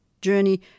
Journey